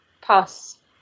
pass